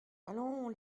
allons